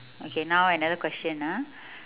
okay now another question ah